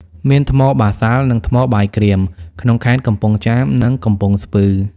មានថ្មបាសាល់ និង ថ្មបាយក្រៀម ក្នុងខេត្តកំពង់ចាម និងកំពង់ស្ពឺ។